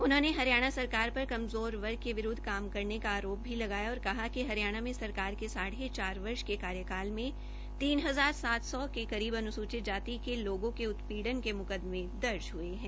उन्होंने हरियाणा सरकार पर कमज़ोर वर्गो के विरूद्व काम करने का आरोप भी लगाया और कहा कि हरियाणा में सरकार के साढ़े चार वर्ष के कार्यालय में तीन हजार सात सौ के करीब अन्सूचित जाति के लोगों के उत्पीडन के मुकदमें दर्ज हये है